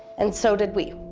and so did we.